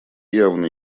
явно